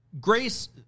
Grace